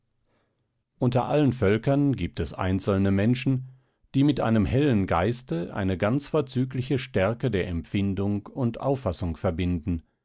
unter allen völkern giebt es einzelne menschen die mit einem hellen geiste eine ganz vorzügliche stärke der empfindung und auffassung verbinden